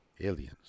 aliens